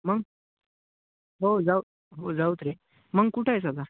मग हो जाऊ हो जाऊ रे मग कुठंयस आता